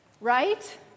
Right